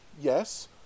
yes